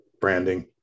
branding